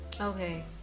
Okay